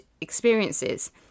experiences